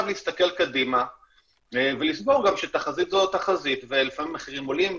להסתכל קדימה ולזכור שתחזית זו תחזית ולפעמים מחירים עולים,